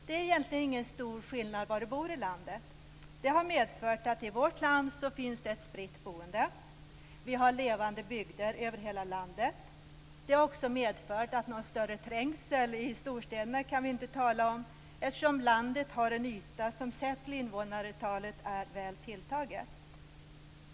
Det är egentligen ingen stor skillnad var du bor i landet. Det har medfört att i vårt land finns det ett spritt boende. Vi har levande bygder över hela landet. Det har också medfört att någon större trängsel i storstäderna kan vi inte tala om eftersom landet har en yta som sett till invånarantalet är väl tilltagen.